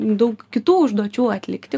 daug kitų užduočių atlikti